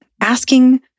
asking